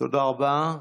תודה רבה.